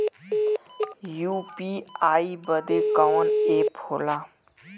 UPI बदे कवन app होला?